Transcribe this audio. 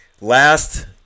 Last